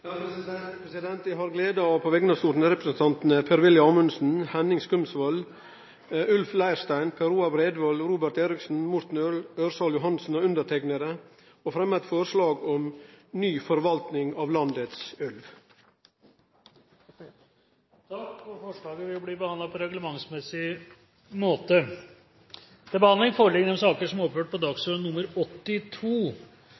har glede av på vegner av stortingsrepresentantane Per-Willy Amundsen, Henning Skumsvoll, Ulf Leirstein, Per Roar Bredvold, Robert Eriksson, Morten Ørsal Johansen og meg sjølv å fremje eit forslag om «en ny forvaltning av landets ulv». Forslaget vil bli behandlet på reglementsmessig måte. Før sakene på dagens kart tas opp til behandling,